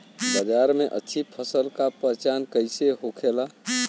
बाजार में अच्छी फसल का पहचान कैसे होखेला?